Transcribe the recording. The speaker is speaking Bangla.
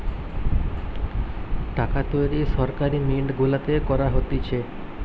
টাকা তৈরী সরকারি মিন্ট গুলাতে করা হতিছে